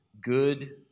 good